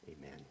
Amen